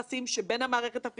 גם אני נרגש מאוד.